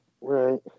Right